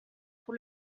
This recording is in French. pour